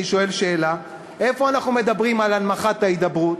אני שואל שאלה: איפה אנחנו מדברים על הנמכת ההידברות?